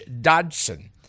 Dodson